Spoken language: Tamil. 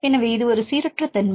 எனவே இது ஒரு சீரற்ற தன்மை